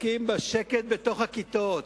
עוסקים בשקט בתוך הכיתות.